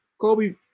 Kobe